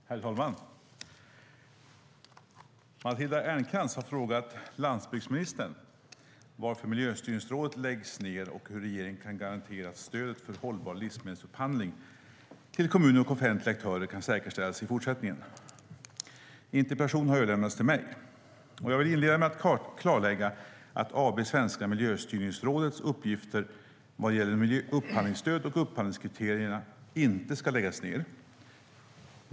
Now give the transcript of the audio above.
Herr talman! Matilda Ernkrans har frågat landsbygdsministern varför Miljöstyrningsrådet läggs ned och hur regeringen kan garantera att stöd för hållbar livsmedelsupphandling till kommuner och offentliga aktörer kan säkerställas i fortsättningen. Interpellationen har överlämnats till mig. Jag vill inleda med att klarlägga att AB Svenska Miljöstyrningsrådets uppgifter vad gäller upphandlingsstöd och upphandlingskriterier inte ska läggas ned.